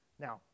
Now